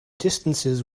distances